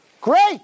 great